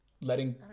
Letting